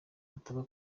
hataba